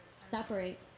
separate